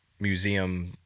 museum